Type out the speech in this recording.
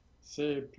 C'est